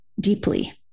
deeply